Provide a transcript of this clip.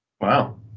Wow